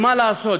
ומה לעשות,